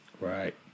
Right